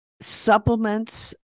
Supplements